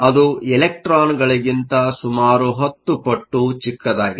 ಅದು ಎಲೆಕ್ಟ್ರಾನ್ ಗಳಿಗಿಂತ ಸುಮಾರು 10 ಪಟ್ಟು ಚಿಕ್ಕದಾಗಿದೆ